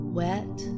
wet